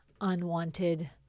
unwanted